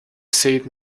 said